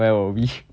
where were we